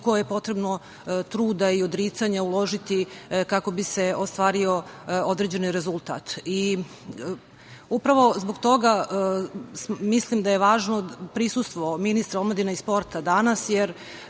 koliko je potrebno truda i odricanja uložiti kako bi se ostvario određeni rezultat. Upravo zbog toga mislim da je važno prisustvo ministra omladine i sporta danas, jer